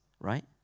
right